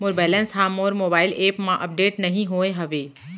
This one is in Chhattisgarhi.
मोर बैलन्स हा मोर मोबाईल एप मा अपडेट नहीं होय हवे